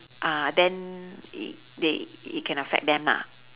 uh then it they it can affect them lah